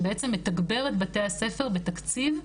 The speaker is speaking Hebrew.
שבעצם מתגבר את בתי הספר בתקציב,